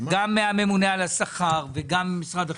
גם מהממונה על השכר וגם ממשרד החינוך.